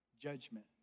judgment